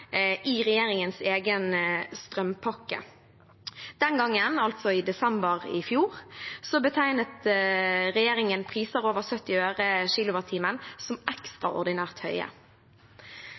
i regjeringens egen strømpakke. Den gangen, altså i desember i fjor, betegnet regjeringen priser over 70 øre/kWh som ekstraordinært høye.